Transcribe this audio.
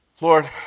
Lord